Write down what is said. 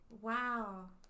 wow